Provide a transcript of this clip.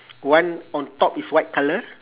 one on top is white colour